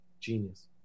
Genius